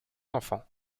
enfants